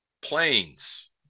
Planes